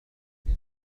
إغسل